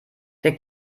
wir